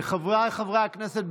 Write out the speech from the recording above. חבריי חברי הכנסת,